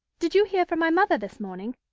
did you hear from my mother this morning?